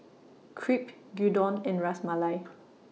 Crepe Gyudon and Ras Malai